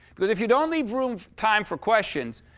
cause if you don't leave room time for questions,